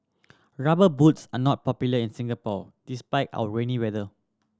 Rubber Boots are not popular in Singapore despite our rainy weather